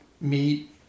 meet